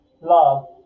love